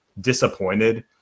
disappointed